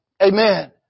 Amen